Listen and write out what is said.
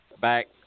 back